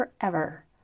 forever